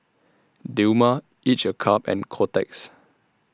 Dilmah Each A Cup and Kotex